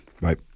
Right